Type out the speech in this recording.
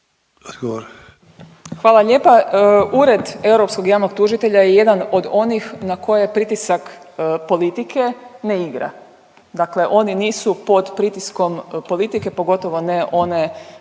Hvala lijepo. Ured europskog javnog tužitelja je jedan od onih na koje pritisak politike ne igra. Dakle oni nisu pod pritiskom politike, pogotovo ne one